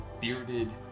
bearded